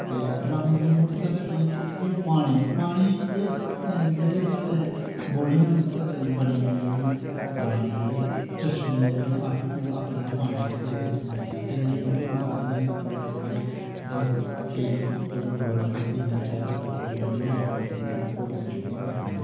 ते drum drum उत्थै रक्खियै प्ही पानी पानी एह् जेह्ड़े साढे बौल्लियां न बनियां जेह्ड़ियां पराने जेह्ड़े चश्मे जेह्ड़ेआपनै आप पानी निकलदे जमीनै च केईयैं डुम्ब बना दे अपनी डोगरी भाशा च डुम्ब केई गौरमैंट स्कीमै तैह्त उप्पर केई बनी बी गेदियां थोह्ड़ियां बौलियां शोलियां बनी दियां